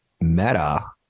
Meta